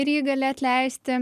ir jį gali atleisti